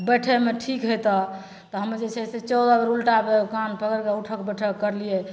बैठैमे ठीक हेतऽ तऽ हम जे छै से चौदह बेर उल्टा कान पकड़िके उठक बैठक करलिए